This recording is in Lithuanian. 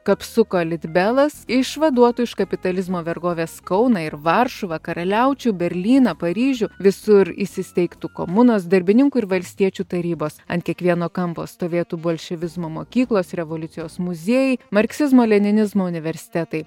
kapsuko litbelas išvaduotų iš kapitalizmo vergovės kauną ir varšuvą karaliaučių berlyną paryžių visur įsisteigtų komunos darbininkų ir valstiečių tarybos ant kiekvieno kampo stovėtų bolševizmo mokyklos revoliucijos muziejai marksizmo leninizmo universitetai